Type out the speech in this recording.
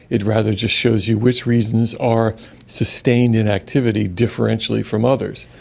it rather just shows you which reasons are sustained in activity differentially from others.